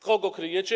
Kogo kryjecie?